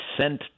sent